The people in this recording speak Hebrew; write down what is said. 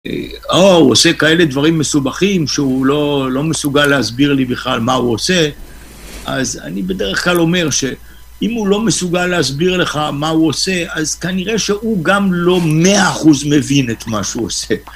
או, הוא עושה כאלה דברים מסובכים שהוא לא מסוגל להסביר לי בכלל מה הוא עושה. אז אני בדרך כלל אומר שאם הוא לא מסוגל להסביר לך מה הוא עושה, אז כנראה שהוא גם לא מאה אחוז מבין את מה שהוא עושה